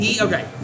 Okay